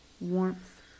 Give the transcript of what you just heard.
warmth